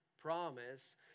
promise